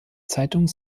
zeitung